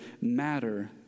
matter